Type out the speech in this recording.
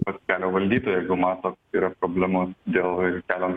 pas kelio valdytoją jeigu mato yra problema dėl ten